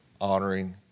honoring